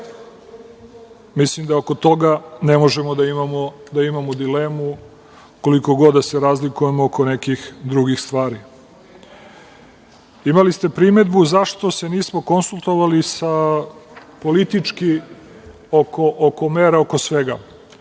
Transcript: Mislim da oko toga ne možemo da imamo dilemu, koliko god da se razlikujemo oko nekih drugih stvari. Imali ste primedbu zašto se nismo konsultovali politički, oko mera, oko svega.